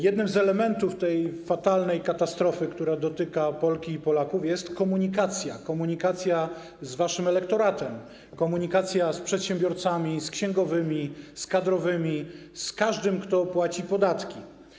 Jednym z elementów tej fatalnej katastrofy, która dotyka Polki i Polaków, jest komunikacja, komunikacja z waszym elektoratem, komunikacja z przedsiębiorcami, z księgowymi, z kadrowymi, z każdym, kto płaci podatki.